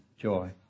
joy